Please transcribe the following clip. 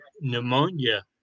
pneumonia